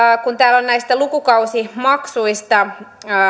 kun täällä on lukukausimaksuista